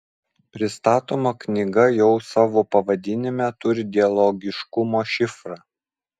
pristatoma knyga jau savo pavadinime turi dialogiškumo šifrą